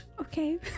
Okay